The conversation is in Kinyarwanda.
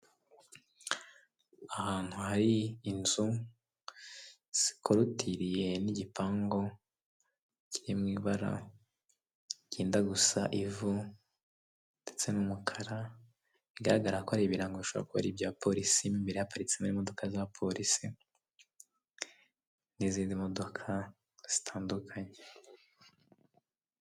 Ahantu hari inzu zikurutiriye n'igipangu kiri i mu bara ryenda gusa ivu ndetse n'umukara bigaragara ko ari ibirango bishobora kuba ari ibya polisi mo imbere hariparitse za polisi n'izindi modoka zitandukanye.